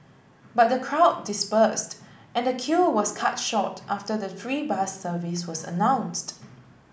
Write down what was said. but the crowd dispersed and the queue was cut short after the free bus service was announced